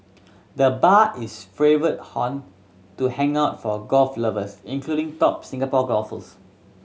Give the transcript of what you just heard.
the bar is favourite haunt to hang out for golf lovers including top Singapore golfers